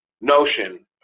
notion